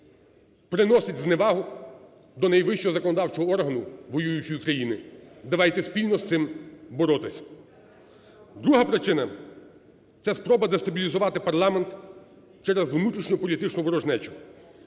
приносить зневагу до найвищого законодавчого органу воюючої України. Давайте спільно з цим боротися. Друга причина – це спроба дестабілізувати парламент через внутрішньополітичну ворожнечу.